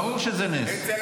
ברור שזה נס.